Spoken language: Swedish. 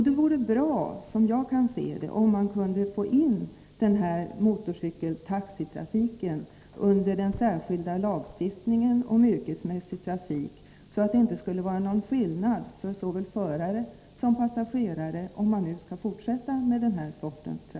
Det vore, som jag ser det, bra om man kunde få in motorcykeltaxitrafiken under den särskilda lagstiftningen om yrkesmässig trafik, så att det inte görs någon skillnad mellan förare och passagerare, om den här sortens trafik skall fortsätta.